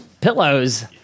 Pillows